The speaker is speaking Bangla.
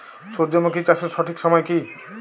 সূর্যমুখী চাষের সঠিক সময় কি?